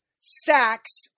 sacks